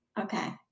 Okay